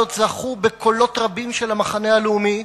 הזאת זכו בקולות רבים של המחנה הלאומי,